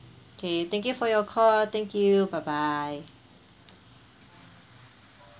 okay thank you for your call thank you bye bye